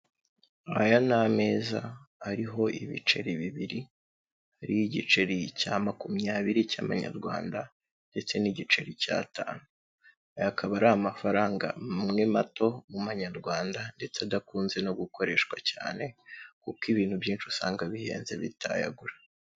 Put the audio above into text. Aya ni ameza ariho ibiceri bibiri, ari igiceri cya makumyabiri cy'amanyarwanda ndetse n'igiceri cy'atanu, aya akaba ari amafaranga amwe mato mu manyarwanda ndetse adakunze no gukoreshwa cyane kuko ibintu byinshi usanga bihenze bitayagura.